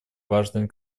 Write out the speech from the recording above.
важной